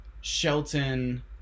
Shelton